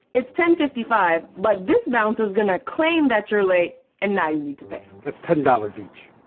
it's ten fifty five but this bouncer's gonna claim that you're late and now you need to pay. that's ten dollars each.